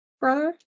brother